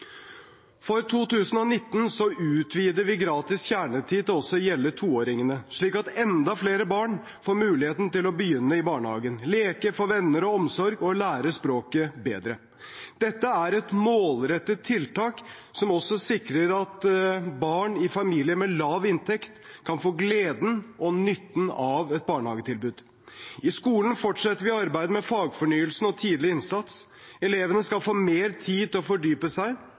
2019 utvider vi gratis kjernetid til også å gjelde for toåringene – slik at enda flere barn får mulighet til å begynne i barnehagen: leke, få venner og omsorg og lære språket bedre. Dette er et målrettet tiltak som også sikrer at barn i familier med lav inntekt kan få gleden og nytten av et barnehagetilbud. I skolen fortsetter vi arbeidet med fagfornyelsen og tidlig innsats. Elevene skal få mer tid til å fordype seg